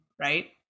right